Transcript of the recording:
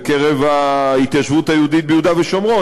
בקרב ההתיישבות היהודית ביהודה ושומרון.